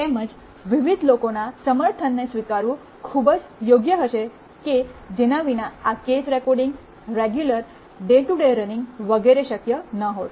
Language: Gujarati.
તેમજ વિવિધ લોકોના સમર્થનને સ્વીકારવું ખૂબ જ યોગ્ય હશે કે જેના વિના આ course recording regular day to day running વગેરે શક્ય ન હોત